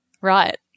right